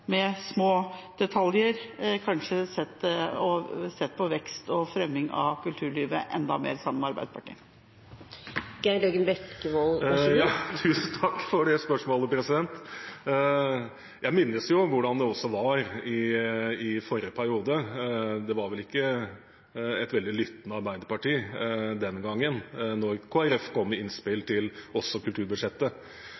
små detaljer – og kunne man sett enda mer på vekst og fremming av kulturlivet sammen med Arbeiderpartiet? Tusen takk for det spørsmålet. Jeg minnes jo også hvordan det var i forrige periode. Det var vel ikke et veldig lyttende Arbeiderparti den gangen da Kristelig Folkeparti kom med innspill til også kulturbudsjettet.